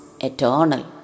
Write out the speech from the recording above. eternal